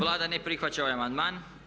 Vlada ne prihvaća ovaj amandman.